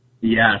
Yes